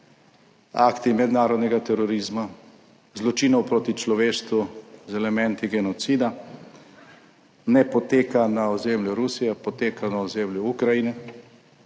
akti mednarodnega terorizma, zločinov proti človeštvu z elementi genocida, ne poteka na ozemlju Rusije, poteka na ozemlju Ukrajine.